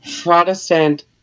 Protestant